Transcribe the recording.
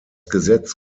gesetz